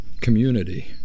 community